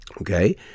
okay